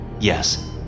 Yes